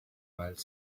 while